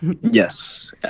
Yes